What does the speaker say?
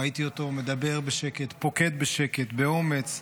ראיתי אותו מדבר בשקט, פוקד בשקט, באומץ,